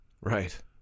right